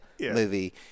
movie